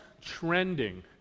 Trending